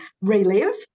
relive